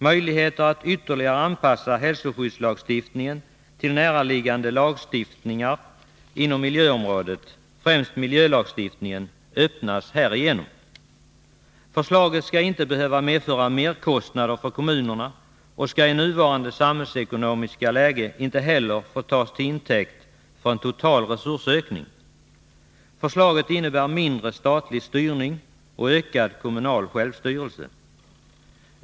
Möjligheter att ytterligare anpassa hälsoskyddslagstiftningen till näraliggande lagstiftningar inom miljöområdet, främst miljölagstiftningen, öppnas härigenom. Förslaget skall inte behöva medföra merkostnader för kommunerna och skall i nuvarande samhällsekonomiska läge inte heller få tas till intäkt för en total resursökning. Förslaget innebär mindre statlig styrning och ökad kommunal självstyrelse.